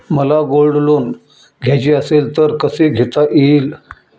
मला gold loan घ्यायचे असेल तर कसे घेता येईल?